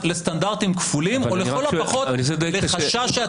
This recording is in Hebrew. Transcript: לסטנדרטים כפולים או לכל הפחות לחשש שהציבור יראה בזה פתח.